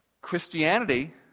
Christianity